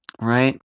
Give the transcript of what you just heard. Right